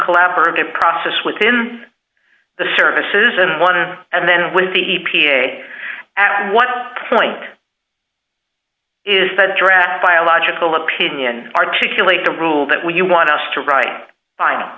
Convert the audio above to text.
collaborative process within the services and i want to and then with the e p a at one point is the draft biological opinion articulate the rule that when you want us to write